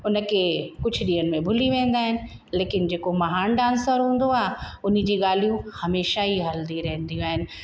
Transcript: उन खे कुझु ॾींहंनि में भुली वेंदा आहिनि लेकिन जेको महान डांसर हूंदो आहे उन्हीअ जी ॻाल्हियूं हमेशह ई हलंदी रहंदियूं आहिनि